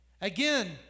Again